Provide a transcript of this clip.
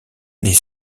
les